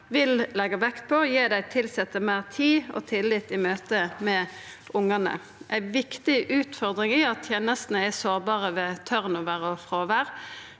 vil leggja vekt på å gi dei tilsette meir tid og tillit i møte med ungane. Ei viktig utfordring er at tenestene er sårbare ved turnover og fråvær.